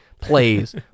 plays